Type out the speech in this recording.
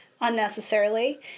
unnecessarily